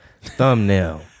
thumbnail